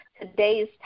Today's